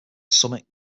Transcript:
summit